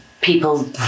people